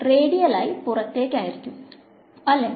radial ആയി പുറത്തേക്ക് ആയിരിക്കും അല്ലേ